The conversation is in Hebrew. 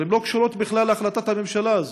אבל הן לא קשורות בכלל להחלטת הממשלה הזו,